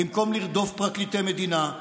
במקום לבדוק פרקליטי מדינה,